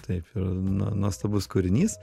taip ir nuostabus kūrinys